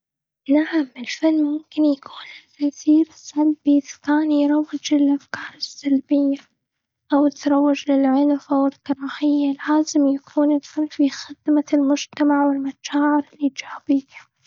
نعم، الفن ممكن يكون له تأثير سلبي، إذا كان يروج الأفكار السلبية أو تروج للعنف أو الكراهية. لازم يكون الفن في خدمة المجتمع والمشاعر الإيجابية.